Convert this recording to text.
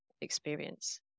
experience